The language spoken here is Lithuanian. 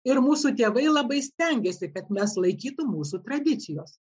ir mūsų tėvai labai stengėsi kad mes laikytų mūsų tradicijos